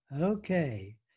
Okay